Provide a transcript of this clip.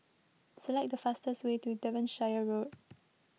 select the fastest way to Devonshire Road